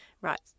right